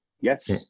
Yes